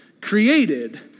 created